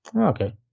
Okay